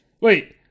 Wait